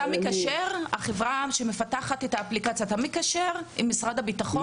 אתה המקשר בין החברה המפתחת את האפליקציה לבין משרד הביטחון?